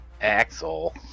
Axel